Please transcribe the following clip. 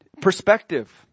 perspective